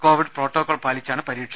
Covid protocol പാലിച്ചാണ് പരീക്ഷ